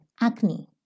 acne